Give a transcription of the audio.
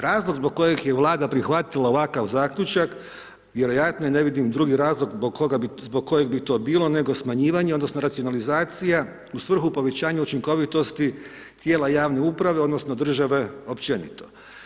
Razlog zbog kojeg je vlada prihvatila ovakav zaključak, vjerojatno ne vidim drugi razlog zbog koga bi to bilo, nego smanjivanje, odnosno, racionalizacija u svrhu povećanja učinkovitosti tijela javne uprave, odnosno, države općenito.